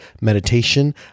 meditation